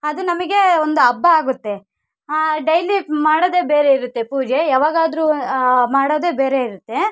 ಅದು ನಮಗೆ ಒಂದು ಹಬ್ಬ ಆಗುತ್ತೆ ಡೈಲಿ ಮಾಡೋದೇ ಬೇರೆ ಇರುತ್ತೆ ಪೂಜೆ ಯಾವಾಗಾದ್ರೂ ಮಾಡೋದೇ ಬೇರೆ ಇರುತ್ತೆ